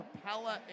Capella